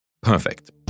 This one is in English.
Perfect